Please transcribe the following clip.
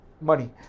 money